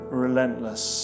relentless